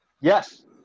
yes